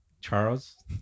Charles